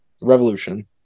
Revolution